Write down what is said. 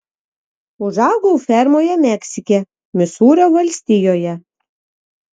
užaugau fermoje meksike misūrio valstijoje